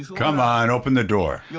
come on, open the door! yeah